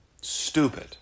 stupid